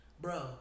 Bro